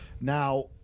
Now